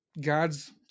gods